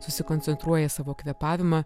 susikoncentruoja savo kvėpavimą